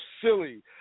silly